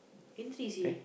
gantry seh